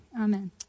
Amen